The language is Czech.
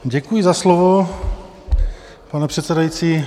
Děkuji za slovo, pane předsedající.